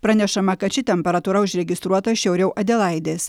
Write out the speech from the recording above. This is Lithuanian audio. pranešama kad ši temperatūra užregistruota šiauriau adelaidės